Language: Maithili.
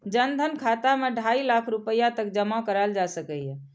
जन धन खाता मे ढाइ लाख रुपैया तक जमा कराएल जा सकैए